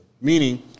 Meaning